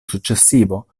successivo